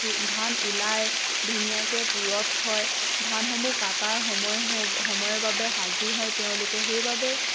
ধান ওলায় ধুনীয়াকৈ পুৰঠ হয় ধানসমূহ কাটাৰ সময় হ সময়ৰ বাবে সাজু হয় তেওঁলোকে সেইবাবে